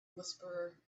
whisperer